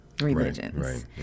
religions